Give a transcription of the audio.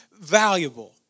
valuable